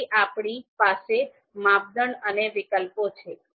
પછી આપણી પાસે માપદંડ અને વિકલ્પો છે